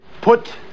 Put